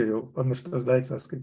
jau pamirštas daiktas kaip